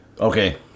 Okay